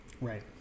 Right